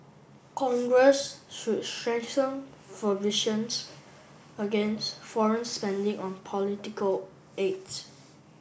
congress should strengthen against foreign spending on political ads